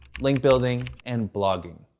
link building, and blogging.